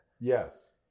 Yes